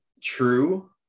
true